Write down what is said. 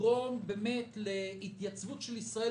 ולגרום להתייצבות של ישראל